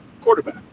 quarterback